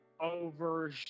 over